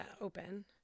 open